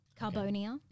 Carbonia